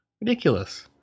Ridiculous